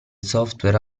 software